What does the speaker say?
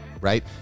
right